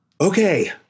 Okay